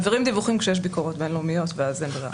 מעבירים דיווחים כשיש ביקורות בין-לאומיות ואז אין ברירה.